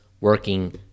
working